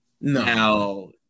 no